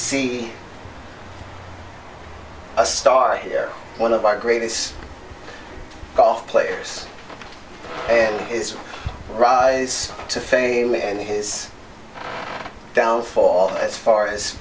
see a star here one of our greatest golf players his rise to fame and his downfall as far as